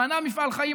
בנה מפעל חיים,